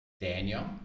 Daniel